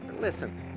Listen